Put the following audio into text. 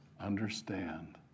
understand